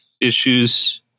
issues